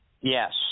Yes